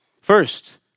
First